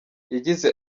yagize